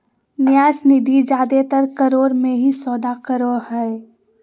न्यास निधि जादेतर करोड़ मे ही सौदा करो हय